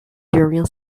during